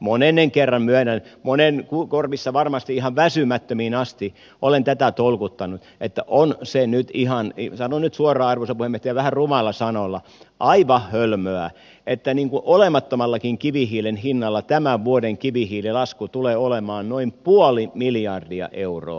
monennen kerran myönnän monen korvissa varmasti ihan väsymättömiin asti olen tätä tolkuttanut että on se nyt sanon nyt suoraan arvoisa puhemies vähän rumalla sanalla aivan hölmöä että niin kuin olemattomallakin kivihiilen hinnalla tämän vuoden kivihiililasku tulee olemaan noin puoli miljardia euroa